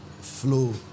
flow